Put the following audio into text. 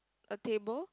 a table